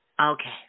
Okay